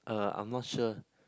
uh I'm not sure